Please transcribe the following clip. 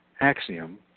axiom